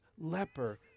leper